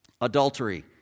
Adultery